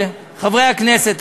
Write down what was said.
חברי הכנסת,